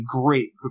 great